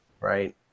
right